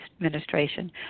administration